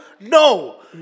no